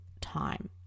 time